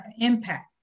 impact